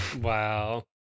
wow